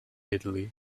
italy